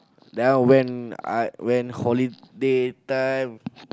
now when I when holiday time